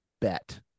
bet